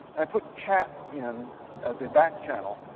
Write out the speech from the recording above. i put chat in as a back channel.